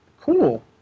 Cool